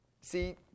See